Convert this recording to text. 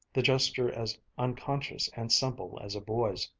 the gesture as unconscious and simple as a boy's.